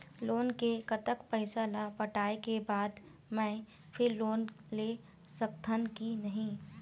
Loan के कतक पैसा ला पटाए के बाद मैं फिर लोन ले सकथन कि नहीं?